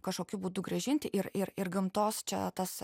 kažkokiu būdu grąžinti ir ir ir gamtos čia tas